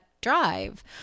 drive